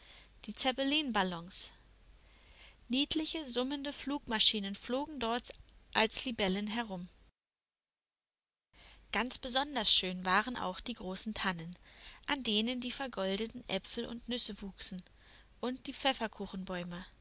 die zeppelinballons niedliche summende flugmaschinen flogen dort als libellen herum ganz besonders schön waren auch die großen tannen an denen die vergoldeten äpfel und nüsse wuchsen und die